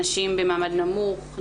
נשים במעמד נמוך,